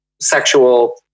sexual